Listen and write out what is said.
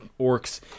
orcs